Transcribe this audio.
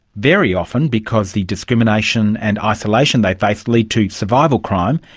very often because the discrimination and isolation they face lead to survival crime,